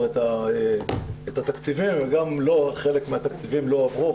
את התקציבים וגם לו חלק מהתקציבים לא הועברו,